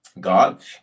God